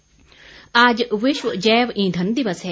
जैव ईंधन दिवस आज विश्व जैव ईंधन दिवस है